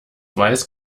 weiß